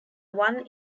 one